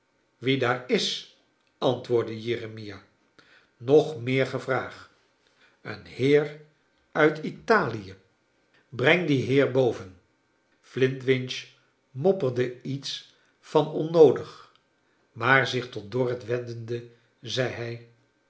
wie daar is antwoordde jeremia nog meer gevraag een heer uit italie breng dien heer boven flintwinch mopperde iets van onnoodig maar zich tot dorrit wendende zei hij